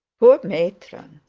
poor matron!